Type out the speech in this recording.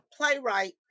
playwright